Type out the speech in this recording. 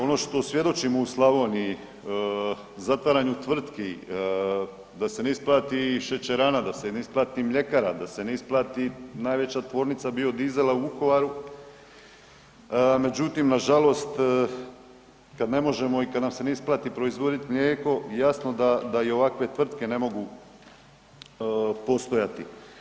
Ono što svjedočimo u Slavoniji, zatvaranju tvrtki da se ne isplati šećerana, da se ne isplati mljekara, da se ne isplati najveća Tvornica biodizela u Vukovaru, međutim nažalost kada ne možemo i kada nam se isplati proizvoditi mlijeko jasno da i ovakve tvrtke ne mogu postojati.